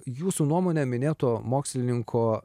jūsų nuomone minėto mokslininko